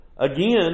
Again